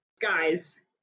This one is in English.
guys